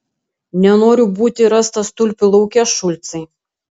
nenoriu būti rastas tulpių lauke šulcai